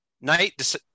night